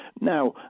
Now